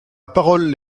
parole